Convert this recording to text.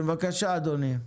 בבקשה, אדוני.